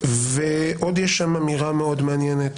עוד יש שם אמירה מאוד מעניינת